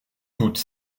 toute